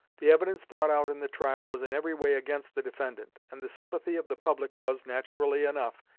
the evidence brought out in the trial was in every way against the defendant, and the sympathy of the public was, naturally enough,